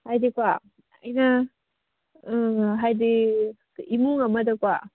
ꯍꯥꯏꯗꯤꯀꯣ ꯑꯩꯅ ꯍꯥꯏꯗꯤ ꯏꯃꯨꯡ ꯑꯃꯗꯀꯣ